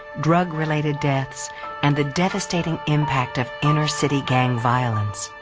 drug related death and the devastating impact of inner city gang violence.